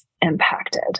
impacted